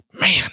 man